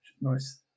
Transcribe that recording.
Nice